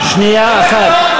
שנייה אחת.